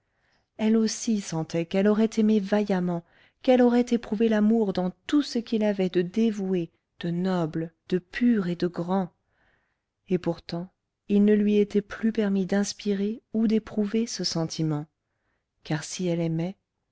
elle aussi sentait qu'elle aurait aimé vaillamment qu'elle aurait éprouvé l'amour dans tout ce qu'il avait de dévoué de noble de pur et de grand et pourtant il ne lui était plus permis d'inspirer ou d'éprouver ce sentiment car si elle aimait